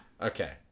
Okay